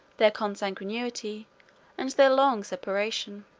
their consanguinity, and their long separation.